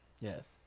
yes